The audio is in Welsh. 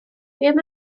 buom